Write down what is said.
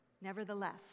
Nevertheless